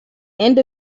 end